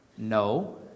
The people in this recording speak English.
No